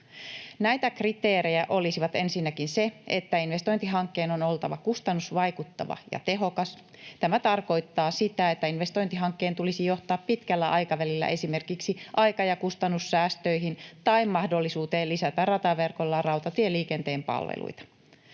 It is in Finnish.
Näitä kriteerejä olisi ensinnäkin se, että investointihankkeen on oltava kustannusvaikuttava ja tehokas. Tämä tarkoittaa sitä, että investointihankkeen tulisi johtaa pitkällä aikavälillä esimerkiksi aika- ja kustannussäästöihin tai mahdollisuuteen lisätä rataverkolla rautatieliikenteen palveluita.